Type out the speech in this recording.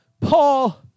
Paul